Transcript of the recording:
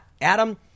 Adam